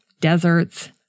deserts